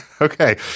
Okay